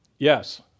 Yes